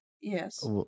Yes